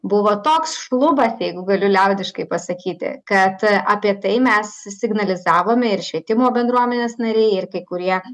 buvo toks šlubas jeigu galiu liaudiškai pasakyti kad apie tai mes signalizavome ir švietimo bendruomenės nariai ir kai kurie